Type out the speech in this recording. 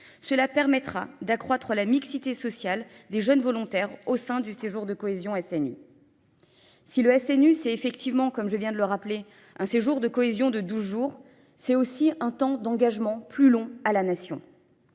Cela permettra d'accroître la mixité sociale des jeunes volontaires au sein du séjour de cohésion SNU. Si le SNU, c'est effectivement, comme je viens de le rappeler, un séjour de cohésion de 12 jours, c'est aussi un temps d'engagement plus long à la Nation.